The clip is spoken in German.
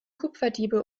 kupferdiebe